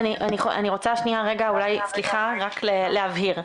אני רוצה, סליחה, רק להבהיר.